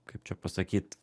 kaip čia pasakyt